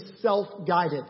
self-guided